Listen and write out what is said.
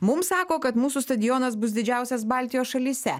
mum sako kad mūsų stadionas bus didžiausias baltijos šalyse